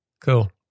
Cool